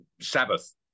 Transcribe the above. Sabbath